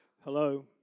Hello